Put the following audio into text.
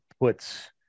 puts